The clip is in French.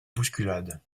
bousculade